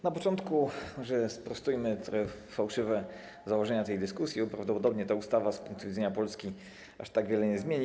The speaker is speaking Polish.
Na początku sprostujmy fałszywe założenia tej dyskusji, bo prawdopodobnie ta ustawa z punktu widzenia Polski aż tak wiele nie zmieni.